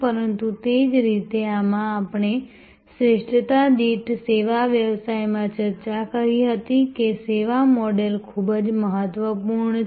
પરંતુ તે જ રીતે આમાં આપણે શ્રેષ્ઠતા દીઠ સેવા વ્યવસાયમાં ચર્ચા કરી હતી કે સેવા મોડેલ ખૂબ જ મહત્વપૂર્ણ છે